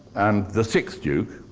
and the sixth duke.